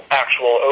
actual